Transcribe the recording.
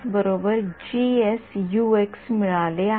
तर इथे signal processing ची थोडीशी प्रक्रिया आहे जी बघीतली पाहिजे ठीक आहे